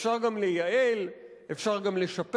אפשר גם לייעל, אפשר גם לשפר,